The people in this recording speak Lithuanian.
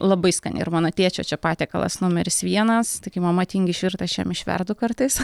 labai skani ir mano tėčio čia patiekalas numeris vienas tai kai mama tingi išvirt aš jam išverdu kartais